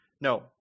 no